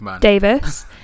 Davis